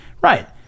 Right